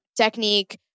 technique